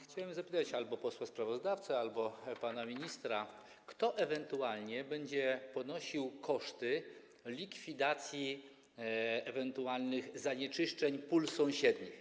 Chciałbym zapytać albo posła sprawozdawcę, albo pana ministra, kto będzie ponosił koszty likwidacji ewentualnych zanieczyszczeń pól sąsiednich.